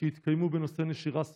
שהתקיימו בנושא נשירה סמויה.